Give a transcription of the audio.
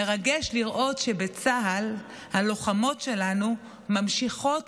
מרגש לראות שבצה"ל הלוחמות שלנו ממשיכות